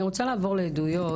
.אני רוצה לעבור לעדויות.